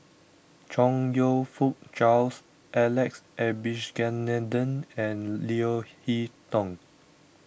Chong You Fook Charles Alex Abisheganaden and Leo Hee Tong